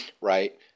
right